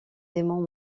démons